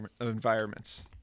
environments